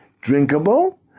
drinkable